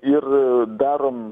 ir darom